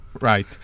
Right